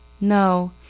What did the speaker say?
No